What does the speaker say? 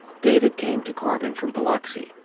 david came to corbin from biloxi.